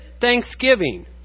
thanksgiving